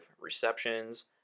receptions